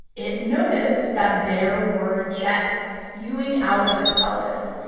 it noticed that there were jets spewing out of enceladus.